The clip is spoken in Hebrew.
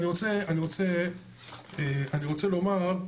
אני רוצה לומר,